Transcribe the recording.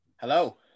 Hello